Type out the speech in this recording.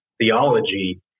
theology